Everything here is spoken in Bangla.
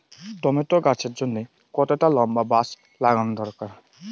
টমেটো গাছের জন্যে কতটা লম্বা বাস লাগানো দরকার?